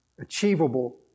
achievable